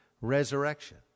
resurrection